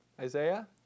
Isaiah